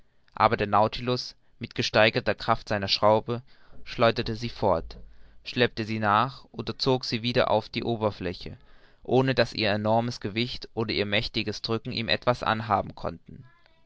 aber der nautilus mit gesteigerter kraft seiner schraube schleuderte sie fort schleppte sie nach oder zog sie wieder auf die oberfläche ohne daß ihr enormes gewicht oder ihr mächtiges drücken ihm etwas anhaben konnte